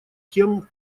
кем